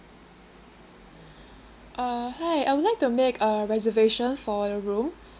uh hi I would like to make a reservation for a room